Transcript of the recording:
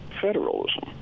federalism